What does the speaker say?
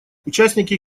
участники